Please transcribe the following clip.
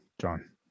John